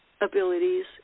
abilities